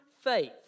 faith